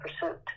pursuit